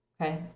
Okay